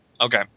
Okay